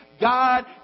God